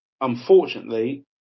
unfortunately